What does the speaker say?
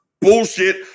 bullshit